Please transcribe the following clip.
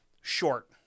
short